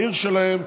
בעיר שלהם.